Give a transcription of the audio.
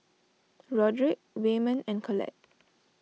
Roderick Wayman and Collette